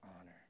honor